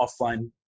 offline